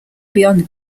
beyond